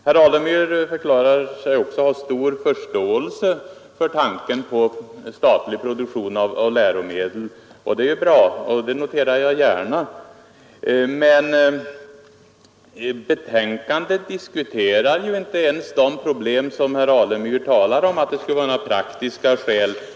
Herr Alemyr förklarar sig också ha stor förståelse för tanken på statlig produktion av läromedel, och det är bra — det noterar jag gärna. Men betänkandet diskuterar ju inte ens de problem som herr Alemyr talar om — att det skulle vara några praktiska skäl.